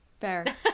fair